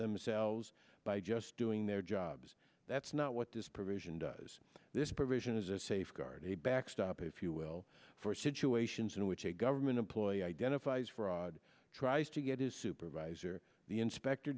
themselves by just doing their jobs that's not what this provision does this provision is a safeguard backstop if you will for situations in which a government employee identifies fraud tries to get his supervisor the inspector